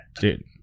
Dude